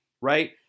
right